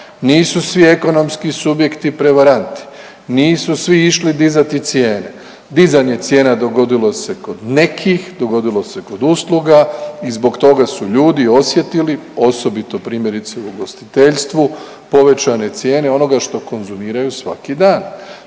Nisu svi ekonomski subjekti prevaranti. Nisu svi išli dizati cijene. Dizanje cijena dogodilo se kod nekih, dogodilo se kod usluga i zbog toga su ljudi osjetili osobito primjerice u ugostiteljstvu povećane cijene onoga što konzumiraju svaki dan.